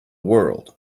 world